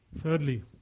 Thirdly